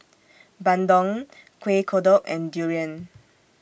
Bandung Kuih Kodok and Durian